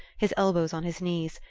his elbows on his knees,